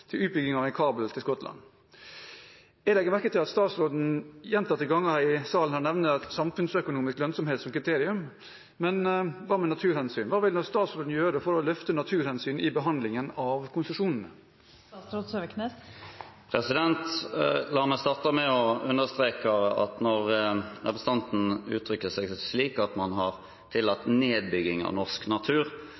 til utbygging av en kabel til Skottland. Jeg legger merke til at statsråden gjentatte ganger her i salen nevner samfunnsøkonomisk lønnsomhet som kriterium. Men hva med naturhensyn? Hva vil statsråden gjøre for å løfte naturhensyn i behandlingen av konsesjonene? La meg starte med å understreke at når representanten uttrykker det slik at man har tillatt